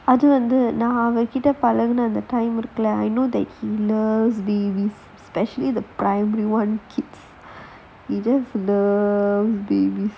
அது வந்து நான் அவங்க கிட்ட பழகுன அந்த:athu vanthu naan avanga kitta palaguna antha time இருக்குல்ல அந்த:irukkulla antha I know that especially the primary one